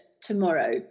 tomorrow